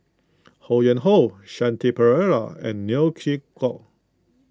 Ho Yuen Hoe Shanti Pereira and Neo Chwee Kok